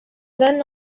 then